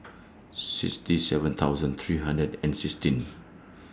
sixty seven thousand three hundred and sixteen